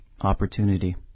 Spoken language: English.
Opportunity